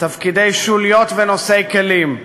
תפקידי שוליות ונושאי כלים.